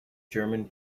german